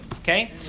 okay